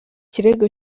kirego